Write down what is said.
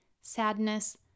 sadness